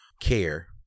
care